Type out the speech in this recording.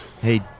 Hey